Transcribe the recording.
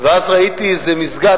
ואז ראיתי איזה מסגד.